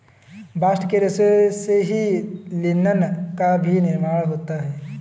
bast के रेशों से ही लिनन का भी निर्माण होता है